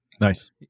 Nice